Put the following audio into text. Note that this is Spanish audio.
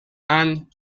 and